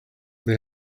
they